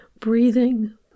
Breathing